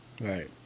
Right